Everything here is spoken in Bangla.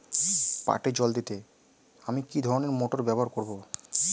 পাটে জল দিতে আমি কি ধরনের মোটর ব্যবহার করব?